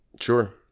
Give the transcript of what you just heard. Sure